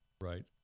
right